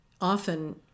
often